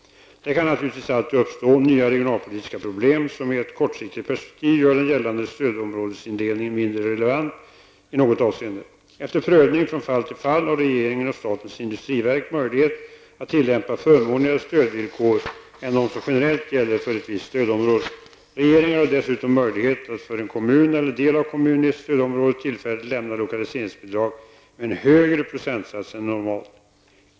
Det kan naturligtvis alltid uppstå nya regionalpolitiska problem som i ett kortsiktigt perspektiv gör den gällande stödområdesindelningen mindre relevant i något avseende. Efter prövning från fall till fall har regeringen och statens industriverk möjlighet att tillämpa förmånligare stödvillkor än de som generellt gäller för ett visst stödområde. Regeringen har dessutom möjlighet att för en kommun eller del av kommun i ett stödområde tillfälligt lämna lokaliseringsbidrag med en högre procentsats än normalt.